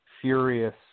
furious